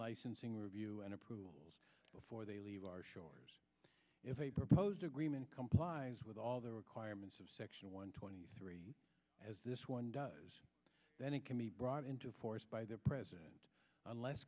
licensing review and approval before they leave our shores if a proposed agreement complies with all the requirements of section one twenty three as this one does then it can be brought into force by the president unless